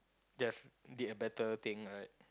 just did a better thing right